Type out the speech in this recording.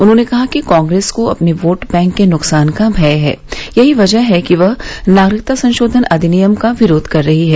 उन्होंने कहा कि कांग्रेस को अपने वोट बैंक के नुकसान का भय है यही वजह है कि वह नागरिकता संशोधन अधिनियम का विरोध कर रही है